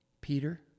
Peter